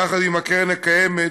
יחד עם הקרן הקיימת,